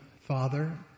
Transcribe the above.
Father